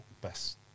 best